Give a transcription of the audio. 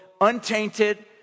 untainted